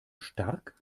stark